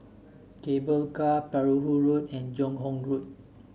Cable Car Perahu Road and Joo Hong Road